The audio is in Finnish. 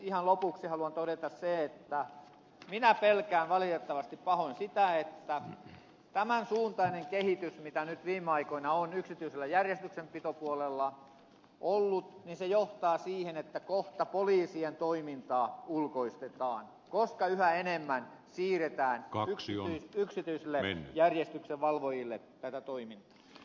ihan lopuksi haluan todeta sen että minä pelkään valitettavasti pahoin sitä että tämän suuntainen kehitys mitä nyt viime aikoina on yksityisellä järjestyksenpitopuolella ollut johtaa siihen että kohta poliisien toimintaa ulkoistetaan koska yhä enemmän siirretään yksityisille järjestyksenvalvojille tätä toimintaa